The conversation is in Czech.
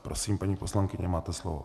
Prosím, paní poslankyně, máte slovo.